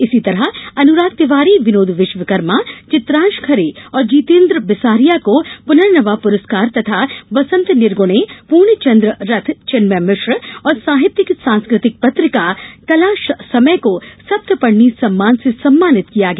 इसी तरह अनुराग तिवारी विनोद विश्वकर्मा चित्रांश खरे और जितेन्द्र बिसारिया को प्नर्नवा पुरस्कार तथा बसन्त निरगुणे पूर्णचन्द्र रथ चिन्मय मिश्र और साहित्यिक सांस्कृतिक पत्रिका कलासमय को सप्तपर्णी सम्मान से सम्मानित किया गया